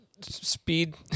speed